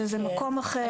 שזה מקום אחר,